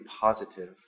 positive